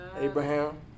Abraham